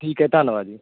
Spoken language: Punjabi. ਠੀਕ ਹੈ ਧੰਨਵਾਦ ਜੀ